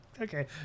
Okay